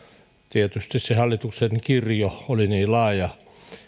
tietysti se hallituksen kirjo oli niin laaja